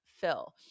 fill